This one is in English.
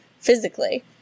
physically